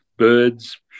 birds